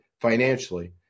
financially